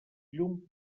llum